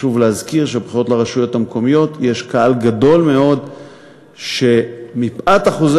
חשוב להזכיר שבבחירות לרשויות המקומיות יש קהל גדול מאוד שמפאת שיעורי